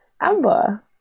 Amber